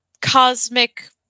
cosmic